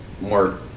more